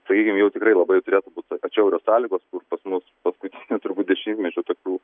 sakykim jau tikrai labai turėtų būt atšiaurios sąlygos kur pas mus paskutiniu turbūt dešimtmečiu tokių